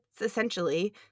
essentially